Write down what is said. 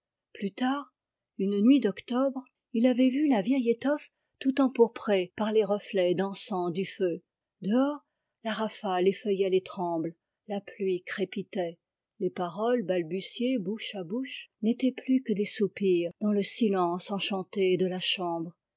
plus tard une nuit d'octobre il avait vu la vieille étoffe tout empourprée par les reflets dansants du feu dehors la rafale effeuillait les trembles la pluie crépitait les paroles balbutiées bouche à bouche n'étaient plus que des soupirs dans le silence enchanté de la chambre